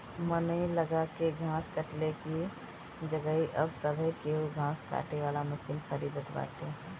मनई लगा के घास कटले की जगही अब सभे केहू घास काटे वाला मशीन खरीदत बाटे